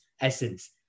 essence